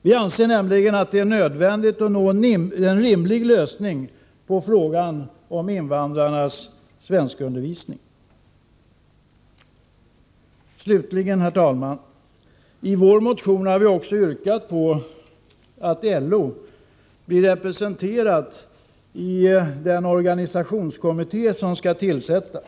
Vi anser nämligen att det är nödvändigt att nå en rimlig lösning på frågan om invandrarnas svenskundervisning. Herr talman! Till sist: I vår motion har vi också yrkat att LO skall bli representerat i den organisationskommitté som skall tillsättas.